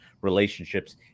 relationships